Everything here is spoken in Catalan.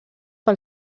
pel